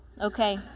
okay